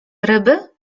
ryby